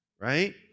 right